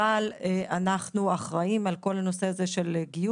אבל אנחנו אחראים על כל הנושא של גיוס,